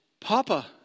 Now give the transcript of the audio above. Papa